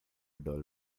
dull